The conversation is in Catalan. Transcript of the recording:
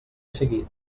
seguit